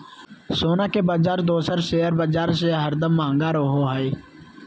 सोना के बाजार दोसर शेयर बाजार से हरदम महंगा रहो हय